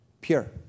pure